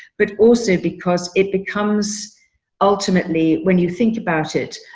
but also because it becomes ultimately, when you think about it,